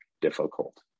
difficult